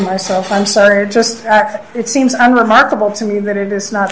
myself i'm sorry just it seems i'm remarkable to me that it is not